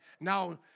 now